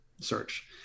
search